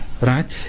right